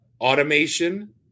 automation